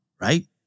right